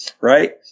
right